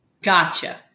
Gotcha